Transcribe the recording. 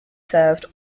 served